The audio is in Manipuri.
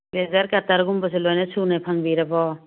ꯏꯔꯦꯖꯔ ꯀꯠꯇ꯭ꯔꯒꯨꯝꯕꯁꯨ ꯂꯣꯏꯅ ꯁꯨꯅ ꯐꯪꯕꯤꯔꯕꯣ